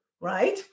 right